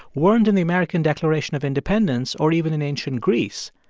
weren't in the american declaration of independence or even in ancient greece,